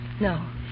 No